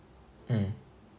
mm